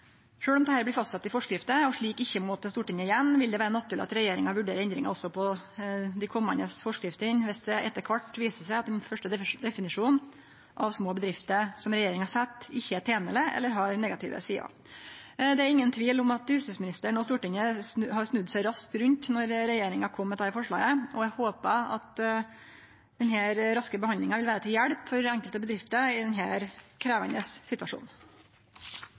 om dette blir fastsett i forskrifter og slik ikkje må til Stortinget igjen, vil det vere naturleg at regjeringa vurderer endringar også i dei komande forskriftene viss det etter kvart viser seg at den første definisjonen av små bedrifter som regjeringa set, ikkje er tenleg eller har negative sider. Det er ingen tvil om at justisministeren og Stortinget har snudd seg raskt rundt då regjeringa kom med dette forslaget, og eg håper at denne raske behandlinga vil vere til hjelp for den enkelte bedrifta i denne krevjande situasjonen.